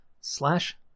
slash